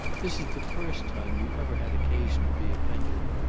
this is the first time you ever had occasion to be offended.